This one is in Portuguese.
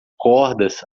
cordas